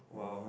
oh